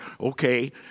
Okay